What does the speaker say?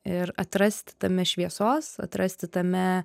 ir atrasti tame šviesos atrasti tame